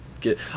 get